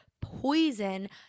poison